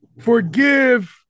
Forgive